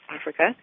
Africa